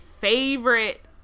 favorite